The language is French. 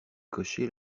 cochers